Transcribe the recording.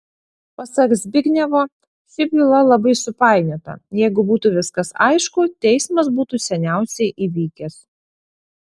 pasak zbignevo ši byla labai supainiota jeigu būtų viskas aišku teismas būtų seniausiai įvykęs